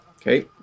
Okay